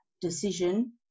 decision